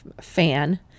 fan